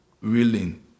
willing